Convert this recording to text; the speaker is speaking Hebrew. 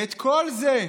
ואת כל זה,